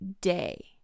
day